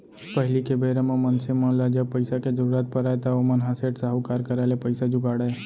पहिली के बेरा म मनसे मन ल जब पइसा के जरुरत परय त ओमन ह सेठ, साहूकार करा ले पइसा जुगाड़य